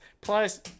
Plus